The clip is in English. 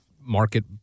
market